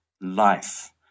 life